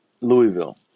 Louisville